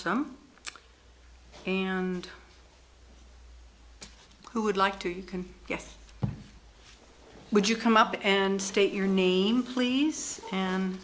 some and who would like to you can guess would you come up and state your name please